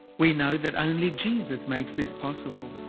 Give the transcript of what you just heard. we know that only jesus makes this possible,